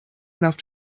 enough